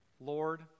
Lord